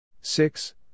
six